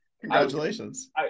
congratulations